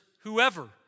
whoever